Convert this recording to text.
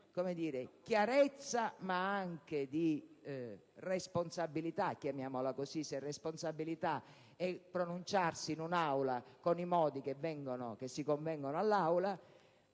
di chiarezza, ma anche di responsabilità - chiamiamola così -se responsabilità è il pronunciarsi in un'Aula con i modi che si convengono alla